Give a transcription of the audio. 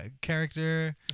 character